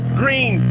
green